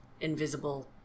invisible